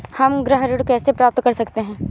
हम गृह ऋण कैसे प्राप्त कर सकते हैं?